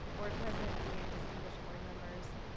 board president zia, and distinguished board members.